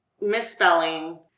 misspelling